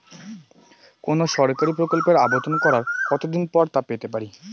কোনো সরকারি প্রকল্পের আবেদন করার কত দিন পর তা পেতে পারি?